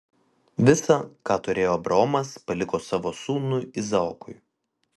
visa ką turėjo abraomas paliko savo sūnui izaokui